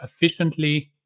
efficiently